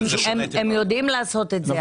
הם יודעים לעשות את זה.